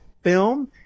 film